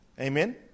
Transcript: Amen